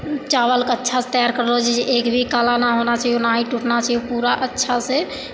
चावलके अच्छासँ तैयार करलो जाइ छै एक भी काला नहि होना चाहिए ना ही टूटना चाहिए पूरा अच्छासँ